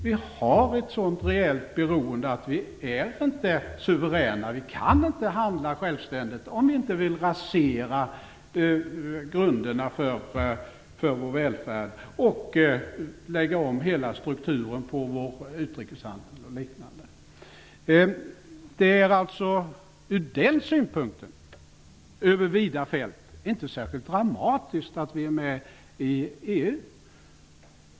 Vi har ett sådant rejält beroende att vi inte är suveräna och inte kan handla sjävständigt, om vi inte vill rasera grunderna för vår välfärd och lägga om hela strukturen på exempelvis vår utrikeshandel. Från den synpunkten, över vida fält, är det inte särskilt dramatiskt att Sverige är med i EU.